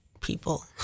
people